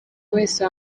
wese